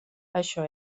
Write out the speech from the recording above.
això